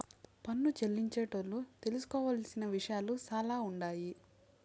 పన్ను చెల్లించేటోళ్లు తెలుసుకోవలసిన విషయాలు సాలా ఉండాయి